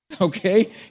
okay